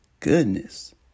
Goodness